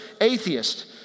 Atheist